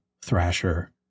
thrasher